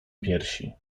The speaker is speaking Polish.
piersi